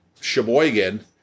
Sheboygan